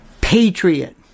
Patriot